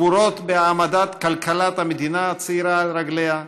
גבורות בהעמדת כלכלת המדינה הצעירה על רגליה,